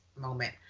moment